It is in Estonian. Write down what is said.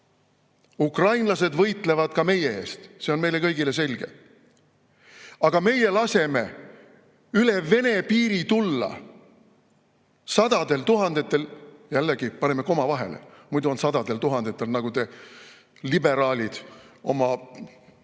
Ukrainlased võitlevad ka meie eest, see on meile kõigile selge. Aga meie laseme üle Vene piiri tulla sadadel, tuhandetel – paneme koma vahele, muidu on jälle "sadadel tuhandetel", nagu te, liberaalid, oma,